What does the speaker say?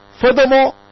Furthermore